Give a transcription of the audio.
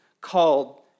called